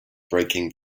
breaking